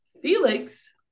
Felix